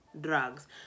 drugs